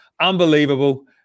Unbelievable